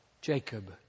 Jacob